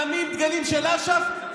שמים דגלים של אש"ף,